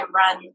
run